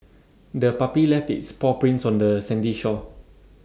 the puppy left its paw prints on the sandy shore